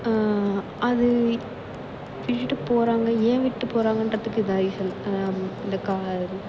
அது விட்டுட்டு போகிறாங்க ஏன் விட்டு போகிறாங்கன்றதுக்கு இதுதான் ரீசன் இந்த கா